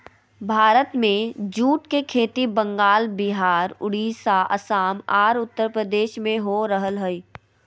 भारत में जूट के खेती बंगाल, विहार, उड़ीसा, असम आर उत्तरप्रदेश में हो रहल हई